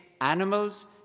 animals